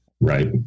right